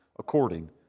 according